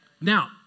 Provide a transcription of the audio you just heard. Now